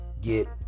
get